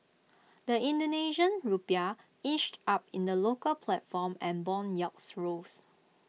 the Indonesian Rupiah inched up in the local platform and Bond yields rose